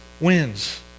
wins